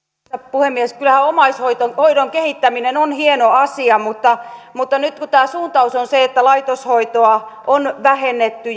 puhemies kyllähän omaishoidon kehittäminen on hieno asia mutta mutta nyt kun tämä suuntaus on se että laitoshoitoa on vähennetty